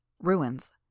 Ruins